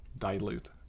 dilute